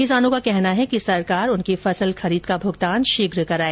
किसानों का कहना है कि सरकार उनकी फसल खरीद का भूगतान शीघ्र कराए